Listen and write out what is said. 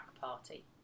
party